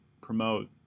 promote